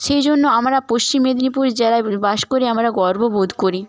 সেই জন্য আমরা পশ্চিম মেদিনীপুর জেলায় বাস করি আমরা গর্ব বোধ করি